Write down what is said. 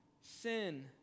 sin